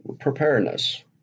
preparedness